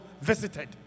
visited